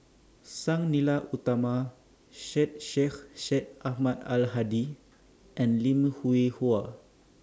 Sang Nila Utama Syed Sheikh Syed Ahmad Al Hadi and Lim Hwee Hua